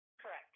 Correct